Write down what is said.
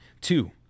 Two